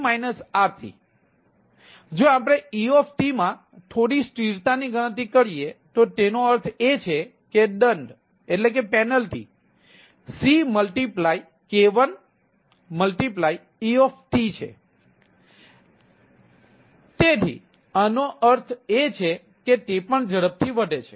તોDT RT જો આપણે etમાં થોડી સ્થિરતાની ગણતરી કરીએ તો તેનો અર્થ એ છે કે દંડ ck1et છે તેથી આનો અર્થ એ છે કે તે પણ ઝડપથી વધે છે